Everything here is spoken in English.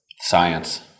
Science